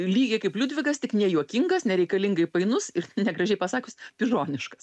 lygiai kaip liudvigas tik nejuokingas nereikalingai painus ir negražiai pasakius pižoniškas